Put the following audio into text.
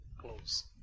close